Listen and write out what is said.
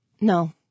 No